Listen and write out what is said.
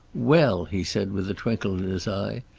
well, he said, with a twinkle in his eye.